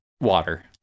water